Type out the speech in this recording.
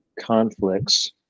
conflicts